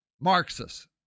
Marxist